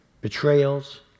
betrayals